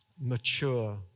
mature